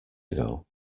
ago